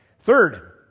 Third